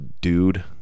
dude